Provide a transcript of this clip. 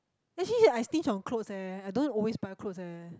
actually I stinge on clothes eh I don't always buy clothes eh